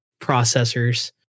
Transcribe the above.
processors